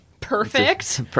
Perfect